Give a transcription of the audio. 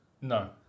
No